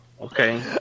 Okay